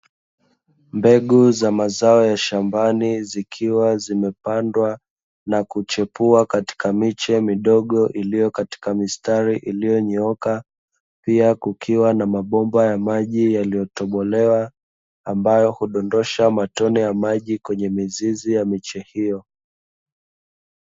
Mbegu za mazao ya shambani zikiwa zimepandwa na kuchipua katika miche midogo iliyokatika mistari iliyonyooka kukiwa na mabomba ya maji yaliyotobolewa ambayo kudondosha matone ya maji kwenye mizizi ya miche hiyo.